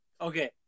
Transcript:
Okay